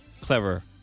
clever